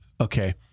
Okay